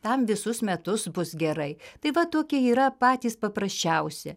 tam visus metus bus gerai tai va tokie yra patys paprasčiausi